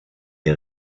est